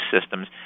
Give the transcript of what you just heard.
systems